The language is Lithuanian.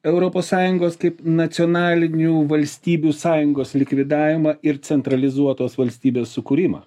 europos sąjungos taip nacionalinių valstybių sąjungos likvidavimą ir centralizuotos valstybės sukūrimą